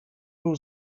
był